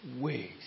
ways